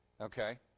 okay